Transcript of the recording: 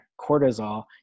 cortisol